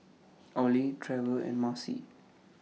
Ollie Trever and Marcy